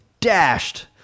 dashed